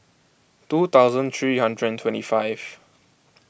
two thousand three hundred twenty five